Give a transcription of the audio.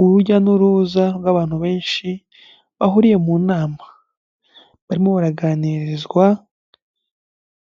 Urujya n'uruza rw'abantu benshi bahuriye mu nama, barimo baraganirizwa